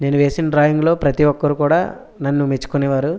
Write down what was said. నేను వేసిన డ్రాయింగ్లో ప్రతిఒక్కరూ కూడా నన్ను మెచ్చుకునేవారు